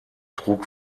trug